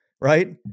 right